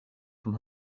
from